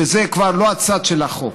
שזה כבר לא הצד של החוק.